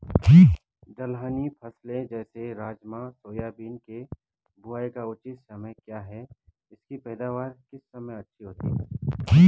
दलहनी फसलें जैसे राजमा सोयाबीन के बुआई का उचित समय क्या है इसकी पैदावार किस समय अच्छी होती है?